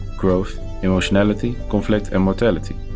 growth, emotionality, conflict and mortality.